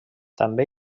també